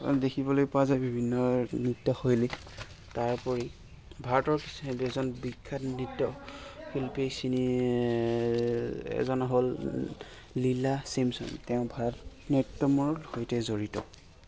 দেখিবলৈ পোৱা যায় বিভিন্ন নৃত্যশৈলী তাৰ উপৰি ভাৰতৰ দুজন বিখ্যাত নৃত্যশিল্পী চিনি এজন হ'ল লীলা চেমচন তেওঁ ভাৰতনাট্যমৰ সৈতে জড়িত